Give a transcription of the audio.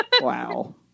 Wow